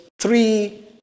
three